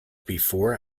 before